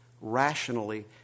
rationally